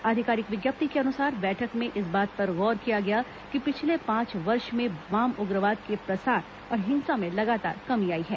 आधिकारिक विज्ञप्ति के अनुसार बैठक में इस बात पर गौर किया गया कि पिछले पांच वर्ष में वाम उग्रवाद के प्रसार और हिंसा में लगातार कमी आई है